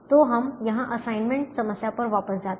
तो हम यहां असाइनमेंट समस्या पर वापस जाते हैं